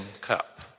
cup